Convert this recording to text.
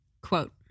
Quote